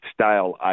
style